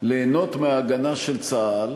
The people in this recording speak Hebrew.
ליהנות מההגנה של צה"ל,